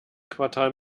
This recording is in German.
quartal